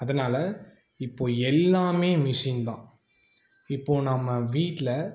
அதனால் இப்போது எல்லாமே மிஷின்ந்தான் இப்போது நம்ம வீட்டில